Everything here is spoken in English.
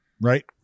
right